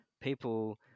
people